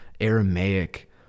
Aramaic